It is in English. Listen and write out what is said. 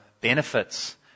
benefits